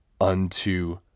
unto